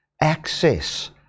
access